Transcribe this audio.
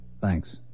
Thanks